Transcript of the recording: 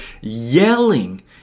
yelling